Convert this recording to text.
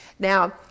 Now